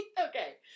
Okay